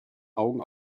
augen